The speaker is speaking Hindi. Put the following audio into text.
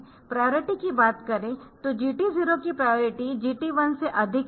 प्रायोरिटी की बात करे तो GT0 की प्रायोरिटी GT1 से अधिक होगी